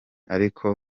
ariko